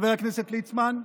לחבר הכנסת ליצמן,